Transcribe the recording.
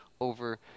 over